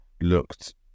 looked